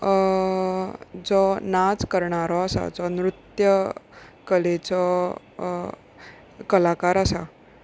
जो नाच करणारो आसा जो नृत्य कलेचो कलाकार आसा